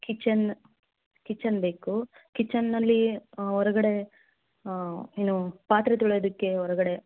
kitchen kitchen ಬೇಕು ಕಿಚನ್ನಲ್ಲಿ ಹೊರಗಡೆ ಏನು ಪಾತ್ರೆ ತೊಳೆಯೋದಕ್ಕೆ ಹೊರಗಡೆ